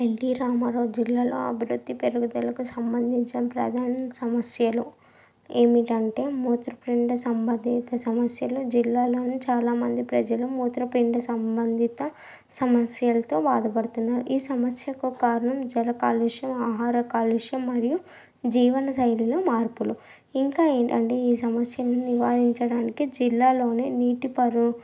NT Ramarao జిల్లాలో అభివృద్ధి పెరుగుదలకు సంబంధించి ప్రధాన సమస్యలు ఏమిటంటే మూత్రపిండ సంబంధిత సమస్యలు జిల్లాలోనే చాలా మంది ప్రజలు మూత్రపిండ సంబంధిత సమస్యలతో బాధపడుతున్నారు ఈ సమస్యకు కారణం జల కాలుష్యం ఆహార కాలుష్యం మరియు జీవనశైలిలో మార్పులు ఇంకా ఏంటంటే ఈ సమస్యలు నివారించడానికి జిల్లాలోనే నీటి పారు